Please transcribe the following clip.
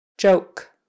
joke